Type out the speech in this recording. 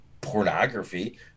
pornography